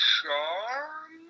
Charm